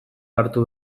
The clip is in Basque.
hartu